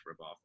ripoff